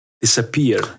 disappear